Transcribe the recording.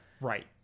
Right